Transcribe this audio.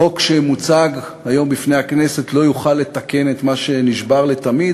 החוק שמוצג היום בפני הכנסת לא יוכל לתקן את מה שנשבר לתמיד,